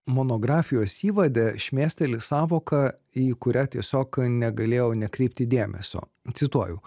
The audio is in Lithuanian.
monografijos įvade šmėsteli sąvoka į kurią tiesiog negalėjau nekreipti dėmesio cituoju